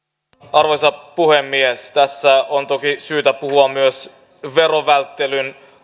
arvoisa puhemies tässä on toki syytä puhua myös verovälttelyn